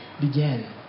began